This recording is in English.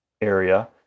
area